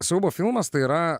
siaubo filmas tai yra